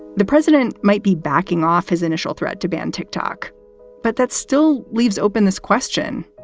the president might be backing off his initial threat to ban tic-tac, but that still leaves open this question,